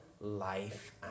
life